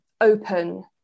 open